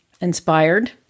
inspired